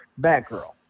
Batgirl